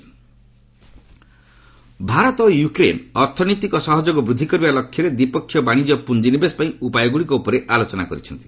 India Ukraine Bharat ଓ Ukraine ଅର୍ଥନୈତିକ ସହଯୋଗ ବୃଦ୍ଧି କରିବା ଲକ୍ଷ୍ୟରେ ଦ୍ୱିପକ୍ଷିୟ ବାଣିଜ୍ୟ ଓ ପ୍ରଞ୍ଜିନିବେଶ ପାଇଁ ଉପାୟଗ୍ରଡ଼ିକ ଉପରେ ଆଲୋଚନା କରିଛନ୍ତି